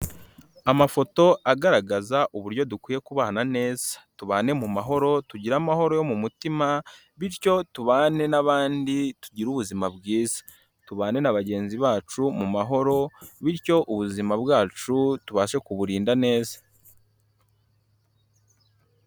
Amafoto agaragaza uburyo dukwiye kubana neza, tubane mu mahoro tugire amahoro yo mu mutima bityo tubane n'abandi tugire ubuzima bwiza, tubane n'abagenzi bacu mu mahoro bityo ubuzima bwacu tubashe kuburinda neza.